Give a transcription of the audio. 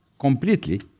completely